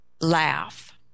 Laugh